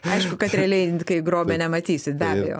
aišku kad realiai kai grobia nematysit be abejo